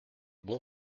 bon